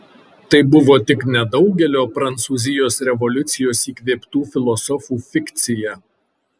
tai buvo tik nedaugelio prancūzijos revoliucijos įkvėptų filosofų fikcija